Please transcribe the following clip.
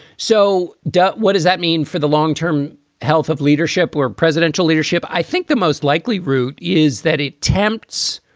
so, doug, what does that mean for the long term health of leadership or presidential leadership? i think the most likely route is that a temp.